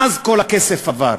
ואז כל הכסף עבר.